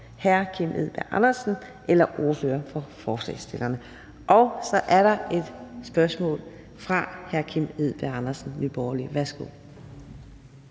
hr. Kim Edberg Andersen eller ordføreren for forslagsstillerne. Så er der et spørgsmål fra hr. Kim Edberg Andersen, Nye Borgerlige. Værsgo.